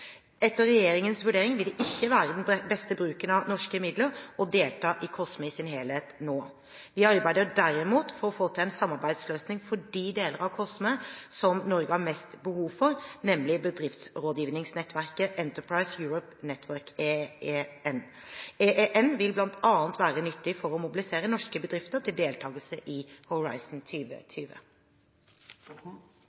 Etter regjeringens vurdering vil det ikke være den beste bruken av norske midler å delta i COSME i sin helhet nå. Vi arbeider derimot for å få til en samarbeidsløsning for de deler av COSME som Norge har mest behov for, nemlig bedriftsrådgivningsnettverket Enterprise Europe Network, EEN. EEN vil bl.a. være nyttig for å mobilisere norske bedrifter til deltagelse i